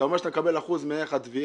אתה אומר שאתה מקבל אחוז מערך התביעה,